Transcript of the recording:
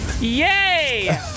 Yay